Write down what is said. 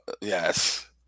Yes